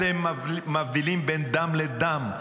אתם מבדילים בין דם לדם,